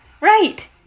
Right